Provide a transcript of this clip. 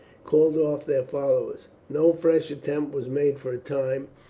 called off their followers. no fresh attempt was made for a time,